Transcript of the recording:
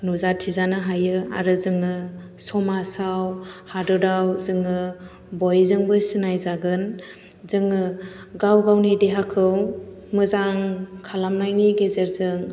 नुजाथिजानो हायो आरो जोङो समाजाव हादरआव जोङो बयजोंबो सिनायजागोन जोङो गाव गावनि देहाखौ मोजां खालामनायनि गेजेरजों